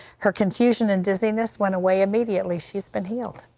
her confusion and dizziness went away immediately, she's been healed.